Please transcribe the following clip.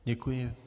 Děkuji.